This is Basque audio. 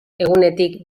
egunetik